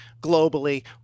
globally